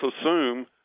assume